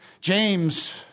James